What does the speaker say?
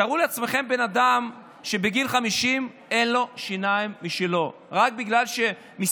תארו לעצמכם בן אדם שבגיל 50 אין לו שיניים משלו רק בגלל שכמה